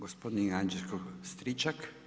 Gospodin Anđelko Stričak.